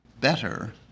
better